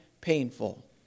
painful